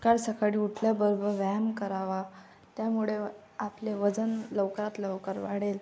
सकाळ सकाळी उठल्याबरोबर व्यायाम करावा त्यामुळे आपले वजन लवकरात लवकर वाढेल